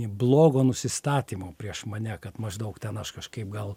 blogo nusistatymo prieš mane kad maždaug ten aš kažkaip gal